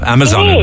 Amazon